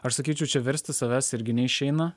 aš sakyčiau čia versti savęs irgi neišeina